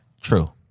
True